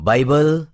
Bible